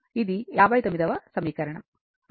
ఇది 59 వ సమీకరణం